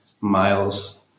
Miles